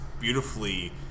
beautifully